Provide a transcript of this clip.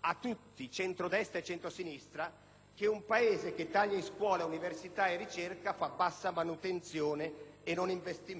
a tutti (di centro-destra e di centro-sinistra) che un Paese che taglia finanziamenti alla scuola, all'università e alla ricerca fa bassa manutenzione e non investimento.